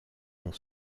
ont